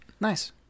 nice